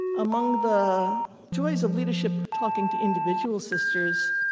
among the joys of leadership, talking to individual sisters,